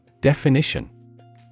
Definition